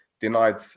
Denied